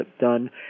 done